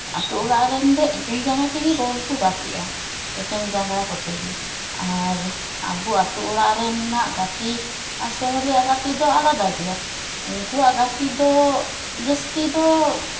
ᱟᱹᱛᱩ ᱚᱲᱟᱜ ᱨᱮᱱ ᱫᱚ ᱮᱠᱮᱱ ᱡᱟᱸᱜᱟ ᱛᱮᱜᱮ ᱵᱚᱞ ᱠᱚ ᱜᱟᱛᱮᱜᱼᱟ ᱮᱠᱮᱱ ᱡᱟᱸᱜᱟ ᱠᱚᱛᱮᱜᱮ ᱟᱨ ᱟᱵᱚ ᱟᱹᱛᱩ ᱚᱲᱟᱜ ᱨᱮᱱᱟᱜ ᱜᱟᱛᱮ ᱟᱨ ᱥᱚᱦᱚᱨ ᱨᱮᱭᱟᱜ ᱜᱟᱛᱮ ᱫᱚ ᱟᱞᱟᱫᱟ ᱜᱮᱭᱟ ᱩᱠᱩᱣᱟᱜ ᱜᱟᱛᱮ ᱫᱚ ᱡᱟᱹᱥᱛᱤ ᱫᱚ